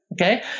Okay